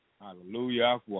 Hallelujah